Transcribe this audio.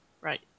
Right